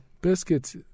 Biscuits